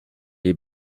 est